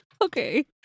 Okay